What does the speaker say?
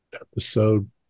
episode